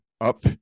up